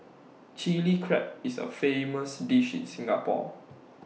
Chilli Crab is A famous dish in Singapore